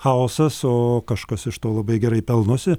chaosas o kažkas iš to labai gerai pelnosi